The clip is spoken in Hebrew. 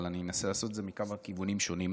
אבל אנסה לעשות את זה מכמה כיוונים שונים.